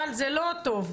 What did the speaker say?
אבל זה לא טוב.